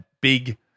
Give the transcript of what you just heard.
big